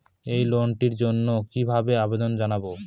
এই লোনটির জন্য কিভাবে আবেদন জানাবো?